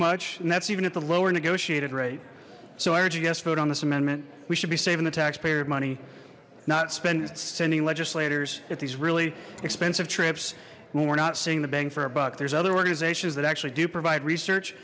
much and that's even at the lower negotiated rate so i urge a yes vote on this amendment we should be saving the taxpayer of money not spending sending legislators at these really expensive trips when we're not seeing the bang for a buck there's other organizations that actually do provide research